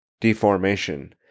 deformation